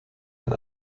ein